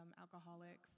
alcoholics